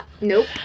Nope